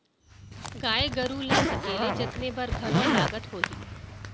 गाय गरू ल सकेले जतने बर घलौ लागत होही?